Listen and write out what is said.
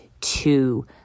two